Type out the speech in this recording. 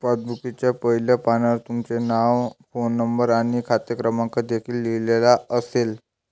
पासबुकच्या पहिल्या पानावर तुमचे नाव, फोन नंबर आणि खाते क्रमांक देखील लिहिलेला असेल